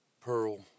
Pearl